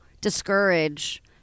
discourage